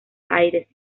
aires